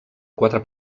quatre